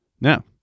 Now